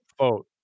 vote